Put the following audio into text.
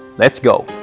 let's go!